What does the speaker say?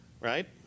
right